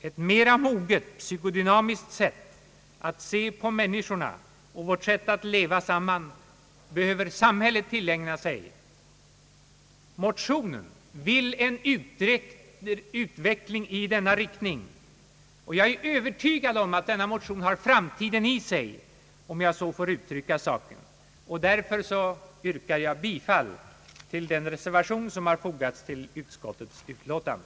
Ett mera moget psykodynamiskt sätt att se på människorna och vårt sätt att leva samman behöver samhället tillägna sig. Motionärerna vill en utveckling i denna riktning. Jag är övertygad om att denna motion har framtiden i sig, om jag så får uttrycka saken. Därför yrkar jag bifall till den reservation som har fogats till utskottets utlåtande.